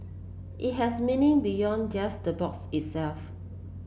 it has meaning beyond just the box itself